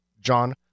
John